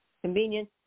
convenience